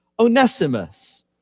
onesimus